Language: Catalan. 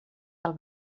del